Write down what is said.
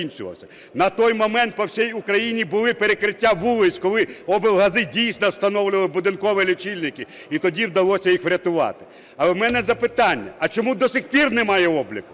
На той момент по всій Україні було перекриття вулиць, коли облгази дійсно встановлювали будинкові лічильники, і тоді вдалося їх врятувати. Але в мене запитання: п чому до сих пір немає обліку?